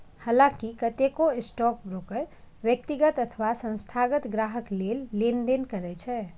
हलांकि कतेको स्टॉकब्रोकर व्यक्तिगत अथवा संस्थागत ग्राहक लेल लेनदेन करै छै